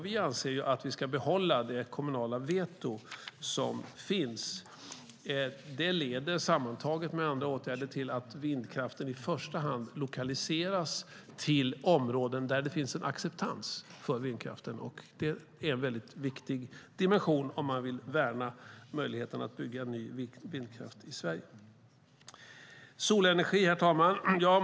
Vi anser att vi ska behålla det kommunala veto som finns. Det leder sammantaget med andra åtgärder till att vindkraften i första hand lokaliseras till områden där det finns en acceptans för vindkraft, vilket är en viktig dimension, om man vill värna möjligheten att bygga ny vindkraft i Sverige. Så till solenergi, herr talman.